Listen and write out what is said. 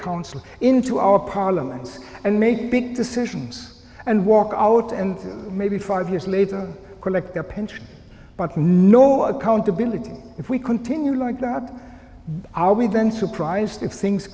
council into our parliaments and make big decisions and walk out and maybe five years later collect their pension but no accountability if we continue like that are we then surprised if things